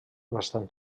bastant